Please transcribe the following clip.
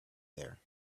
there